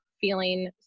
feeling